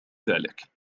ذلك